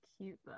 cute